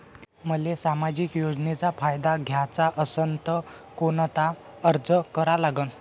मले सामाजिक योजनेचा फायदा घ्याचा असन त कोनता अर्ज करा लागन?